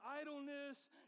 idleness